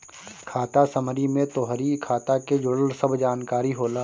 खाता समरी में तोहरी खाता के जुड़ल सब जानकारी होला